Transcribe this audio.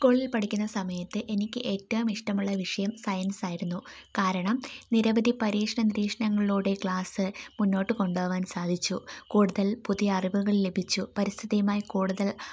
സ്കൂളിൽ പഠിക്കുന്ന സമയത്ത് എനിക്ക് ഏറ്റവും ഇഷ്ടമുള്ള വിഷയം സയൻസ് ആയിരുന്നു കാരണം നിരവധി പരീക്ഷണ നിരീക്ഷണങ്ങളിലൂടെ ക്ലാസ്സ് മുന്നോട്ട് കൊണ്ടുപോകാൻ സാധിച്ചു കൂടുതൽ പുതിയ അറിവുകൾ ലഭിച്ചു പരിസ്ഥിതിയുമായി കൂടുതൽ